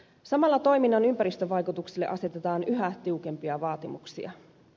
samalla toiminnan ympäristövaikutuksille asetetaan yhä tiukempia vaatimuksia